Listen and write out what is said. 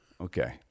Okay